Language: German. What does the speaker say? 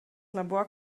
labor